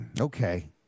Okay